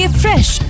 fresh